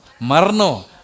Marno